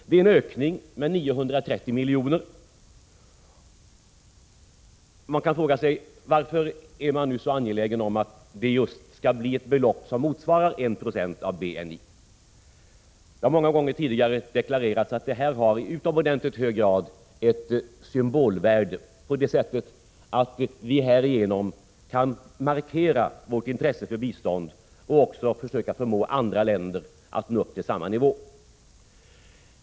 Det är en ökning med 930 milj.kr. Man kan fråga sig varför det nu är så angeläget att det just skall vara ett belopp som motsvarar 1 96 av BNI. Många gånger tidigare har det deklarerats att detta i utomordentligt hög grad har ett symbolvärde på det sättet att vi härigenom kan markera vårt intresse för bistånd och också försöka förmå andra länder att nå upp till samma nivå.